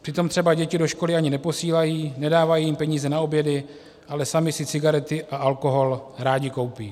Přitom třeba děti do školy ani neposílají, nedávají jim peníze na obědy, ale sami si cigarety a alkohol rádi koupí.